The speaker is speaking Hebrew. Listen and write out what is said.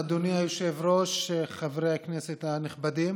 אדוני היושב-ראש, חברי הכנסת הנכבדים,